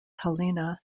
helena